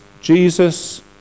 Jesus